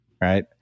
right